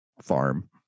farm